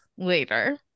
later